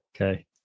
Okay